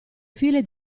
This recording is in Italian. file